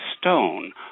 stone